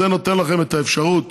זה נותן לכם את האפשרות